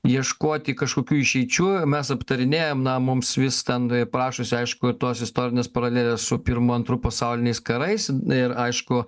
ieškoti kažkokių išeičių mes aptarinėjam na mums vis ten prašosi aišku tos istorinės paralelės su pirmu antru pasauliniais karais ir aišku